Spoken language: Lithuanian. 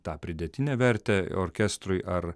tą pridėtinę vertę orkestrui ar